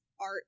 art